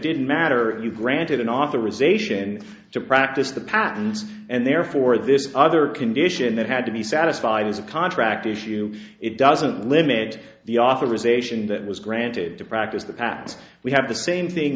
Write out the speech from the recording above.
didn't matter you granted an authorization to practice the pattens and therefore this other condition that had to be satisfied with the contract issue it doesn't limit the authorization that was granted to practice the past we have the same thing